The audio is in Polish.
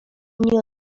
mnie